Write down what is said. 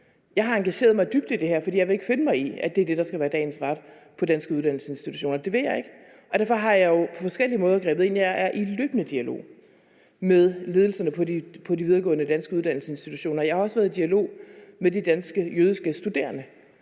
Jeg har engageret mig dybt i det her, for jeg vil ikke finde mig i, at det er det, der skal være dagens ret på danske uddannelsesinstitutioner; det vil jeg ikke. Derfor har jeg jo på forskellige måder grebet ind. Jeg er i løbende dialog med ledelserne på de videregående danske uddannelsesinstitutioner. Jeg har også været i dialog med de danske jødiske studerende